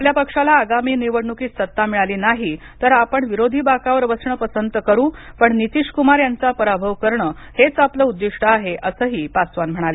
आपल्या पक्षाला आगामी निवडणुकीत सत्ता मिळाली नाही तर आपण विरोधी बाकावर बसण पसंत करू पण नितीश कुमार यांचा पराभव करणं हेच आपलं उद्दिष्ट आहे असंही पासवान म्हणाले